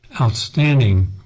outstanding